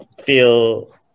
feel